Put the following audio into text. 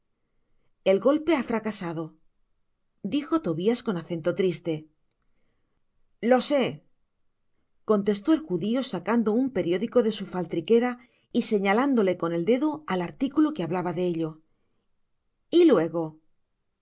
el golpe ha fracasado dijo tobias con acento triste lo sé contestó el judio sacando un periódico de su faltriquera y señalándole con el dedo al articulo que hablaba de ello yluego han disparado y herido al